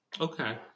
Okay